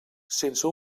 sense